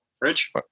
rich